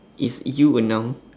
is you a noun